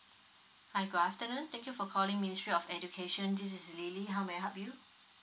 hi good afternoon thank you for calling ministry of education this is lily how may I help you